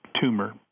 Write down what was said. tumor